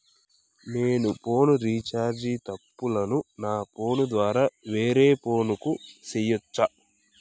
నేను phone recharge తప్పులను నా ఫోను ద్వారా వేరే ఫోను కు సేయొచ్చా?